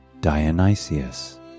Dionysius